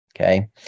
Okay